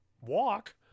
walk